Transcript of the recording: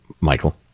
Michael